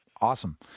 Awesome